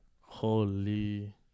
Holy